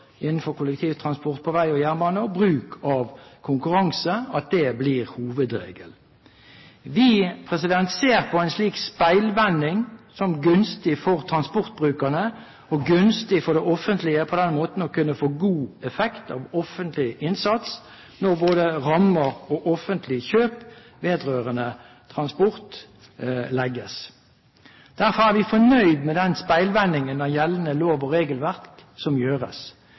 innenfor kollektivtransport på vei og jernbane, og at bruk at konkurranse blir hovedregelen. Vi ser på en slik speilvending som gunstig for transportbrukerne og gunstig for det offentlige for på den måten å kunne få god effekt ut av offentlig innsats når både rammer og offentlige kjøp vedrørende transport fastsettes. Derfor er vi fornøyd med den speilvendingen av gjeldende lov- og regelverk som gjøres.